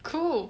cool